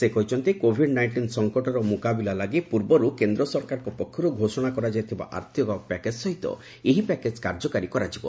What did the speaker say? ସେ କହିଛନ୍ତି covid nineteen ସଂକଟର ମୁକାବିଲା ଲାଗି ପୂର୍ବରୁ କେନ୍ଦ୍ର ସରକାରଙ୍କ ପକ୍ଷରୁ ଘୋଷଣା କରାଯାଇଥିବା ଆର୍ଥିକ ପ୍ୟାକେଜ୍ ସହିତ ଏହି ପ୍ୟାକେଜ୍ କାର୍ଯ୍ୟକାରୀ କରାଯିବ